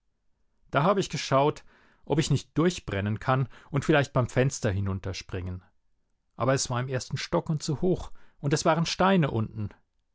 da habe ich geschaut ob ich nicht durchbrennen kann und vielleicht beim fenster hinunterspringen aber es war im ersten stock und zu hoch und es waren steine unten